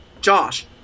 Josh